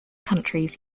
countries